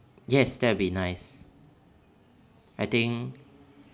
yes that'll be nice I think